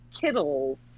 Kittles